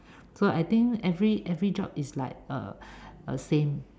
so I think every every job is like uh same